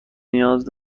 نیاز